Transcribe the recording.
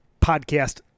podcast